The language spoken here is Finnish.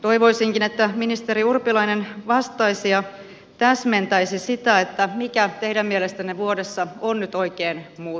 toivoisinkin että ministeri urpilainen vastaisi ja täsmentäisi sitä mikä teidän mielestänne vuodessa on nyt oikein muuttunut